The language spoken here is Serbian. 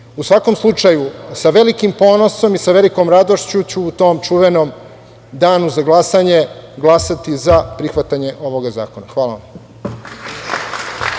svakom slučaju, sa velikim ponosom i sa velikom radošću ću u tom čuvenom danu za glasanje glasati za prihvatanje ovog zakona. Hvala vam.